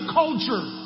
culture